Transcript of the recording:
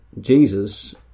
Jesus